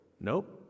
Nope